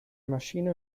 maschine